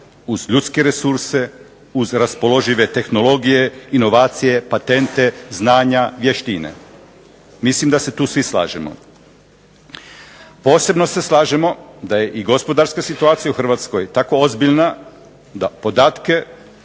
uz ljudske resurse, uz raspoložive tehnologije, inovacije, patente, znanja, vještine. Mislim da se tu svi slažemo. Posebno se slažemo da je i gospodarska situacija u Hrvatskoj tako ozbiljna da podatke